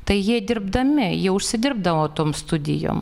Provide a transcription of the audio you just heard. tai jie dirbdami jie užsidirbdavo tom studijom